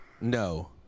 No